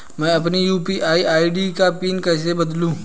मैं अपनी UPI ID का पिन कैसे बदलूं?